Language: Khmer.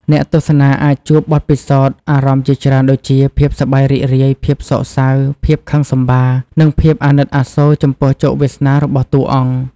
អ្នកទស្សនាអាចជួបបទពិសោធន៍អារម្មណ៍ជាច្រើនដូចជា ភាពសប្បាយរីករាយ ភាពសោកសៅ ភាពខឹងសម្បារ និងភាពអាណិតអាសូរចំពោះជោគវាសនារបស់តួអង្គ។